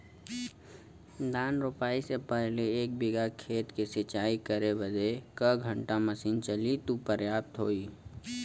धान रोपाई से पहिले एक बिघा खेत के सिंचाई करे बदे क घंटा मशीन चली तू पर्याप्त होई?